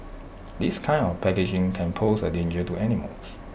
this kind of packaging can pose A danger to animals